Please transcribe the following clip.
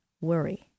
worry